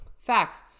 Facts